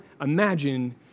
Imagine